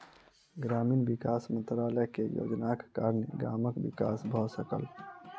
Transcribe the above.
ग्रामीण विकास मंत्रालय के योजनाक कारणेँ गामक विकास भ सकल